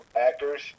actors